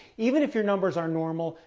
even if your numbers are normal,